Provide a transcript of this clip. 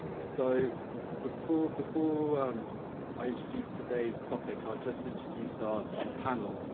so before before i introduce today's topic, i'll just introduce our ah panel.